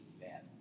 bad